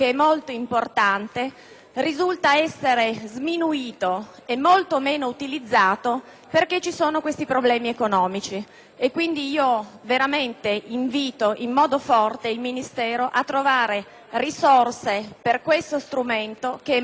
risulta sminuito e molto meno utilizzato perché sussistono simili problemi economici. Invito quindi in modo forte il Ministero a trovare risorse per questo strumento che è molto, molto importante.